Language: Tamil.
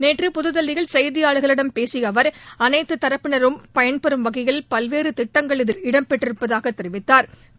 நேற்று புதுதில்லியில் செய்தியாளர்களிடம் பேசிய அவர் அனைத்து தரப்பினரும் பயன்பெறும் வகையில் பல்வேறு திட்டங்கள் இதில் இடம்பெற்றிருப்பதாகத் தெிவித்தாா்